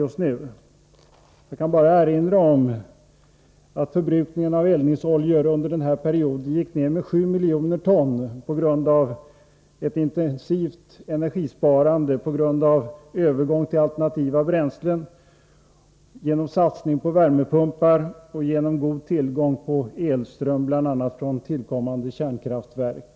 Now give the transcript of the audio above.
Jag kan bara erinra om att förbrukningen av eldningsoljor under denna period gick ned med 7 miljoner ton på grund av ett intensivt energisparande, en övergång till alternativa bränslen, en satsning på värmepumpar och god tillgång på elström, bl.a. från tillkommande kärnkraftverk.